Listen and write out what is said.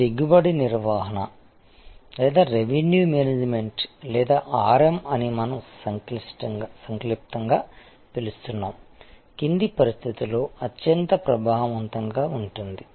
ఈ దిగుబడి నిర్వహణ లేదా రెవెన్యూ మేనేజ్మెంట్ లేదా RM అని మనం సంక్షిప్తంగా పిలుస్తున్నాము కింది పరిస్థితులలో అత్యంత ప్రభావవంతంగా ఉంటుంది